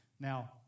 Now